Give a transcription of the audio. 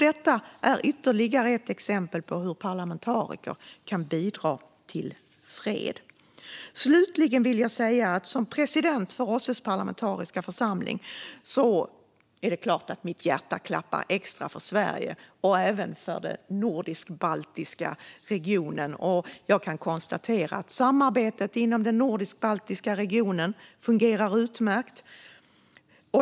Detta är ytterligare ett exempel på hur parlamentariker kan bidra till fred. Slutligen vill jag säga att som president för OSSE:s parlamentariska församling är det klart att mitt hjärta klappar extra för Sverige och även för den nordisk-baltiska regionen. Jag kan konstatera att samarbetet inom den nordisk-baltiska regionen fungerar utmärkt.